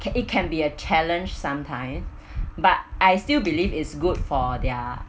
it can be a challenge sometimes time but I still believe is good for their